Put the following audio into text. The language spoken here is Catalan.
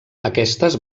aquestes